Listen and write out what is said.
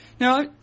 Now